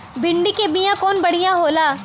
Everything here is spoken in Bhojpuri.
भिंडी के बिया कवन बढ़ियां होला?